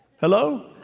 Hello